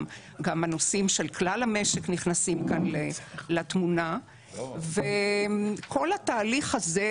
גם הנושאים של כלל המשק נכנסים כאן לתמונה וכל התהליך הזה,